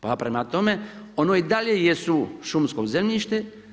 Pa prema tome ono i dalje jesu šumsko zemljište.